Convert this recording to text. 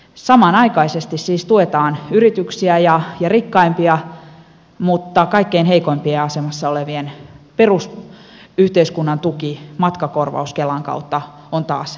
samanaikaisesti siis tuetaan yrityksiä ja rikkaimpia mutta kaikkein heikoimmassa asemassa olevien yhteiskunnan perustuki matkakorvaus kelan kautta on taas leikkauksien listalla